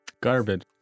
Garbage